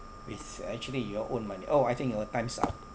with actually your own money oh I think our time's up